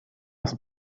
was